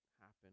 happen